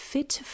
Fit